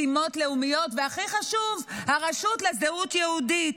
משימות לאומיות, והכי חשוב, הרשות לזהות יהודית,